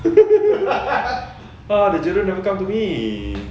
ah the jodoh never come to me